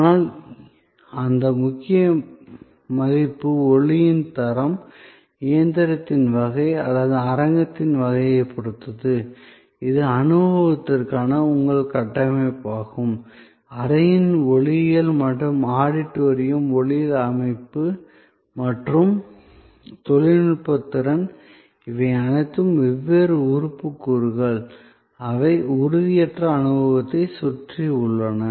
ஆனால் அந்த முக்கிய மதிப்பு ஒலியின் தரம் இயந்திரத்தின் வகை அல்லது அரங்கத்தின் வகையைப் பொறுத்தது இது அனுபவத்திற்கான உங்கள் கட்டமைப்பாகும் அறையின் ஒலியியல் அல்லது ஆடிட்டோரியம் ஒலி அமைப்பு மற்றும் தொழில்நுட்ப திறன் இவை அனைத்தும் வெவ்வேறு உறுப்பு கூறுகள் அவை உறுதியற்ற அனுபவத்தைச் சுற்றி உள்ளன